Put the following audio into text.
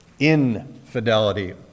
infidelity